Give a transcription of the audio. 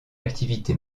activité